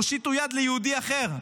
תושיטו יד ליהודי אחר.